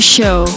Show